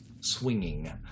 swinging